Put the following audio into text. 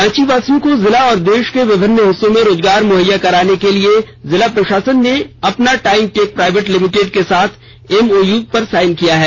रांची वासियों को जिला और देश के विभिन्न हिस्सों में रोजगार मुहैया कराने के लिए जिला प्रशासन ने अपना टाइम टेक प्राइवेट लिमिटेड के साथ एकरार एमओयू साइन किया है